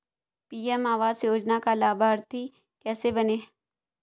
PM आवास योजना का लाभर्ती कैसे बनें?